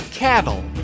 Cattle